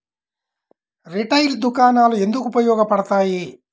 Retail దుకాణాలు ఎందుకు ఉపయోగ పడతాయి?